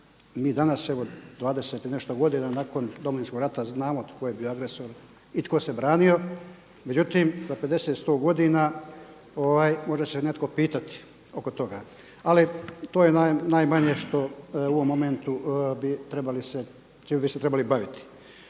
mi danas evo 20 i nešto godina nakon Domovinskog rata znamo tko je bio agresor i tko se branio međutim za 50, 100 godina možda će netko pitati oko toga. Ali to je najmanje što u ovom momentu bi trebali, čime bi se trebali baviti.